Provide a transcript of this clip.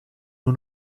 nur